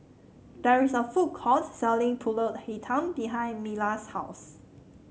there is a food court selling pulut Hitam behind Mila's house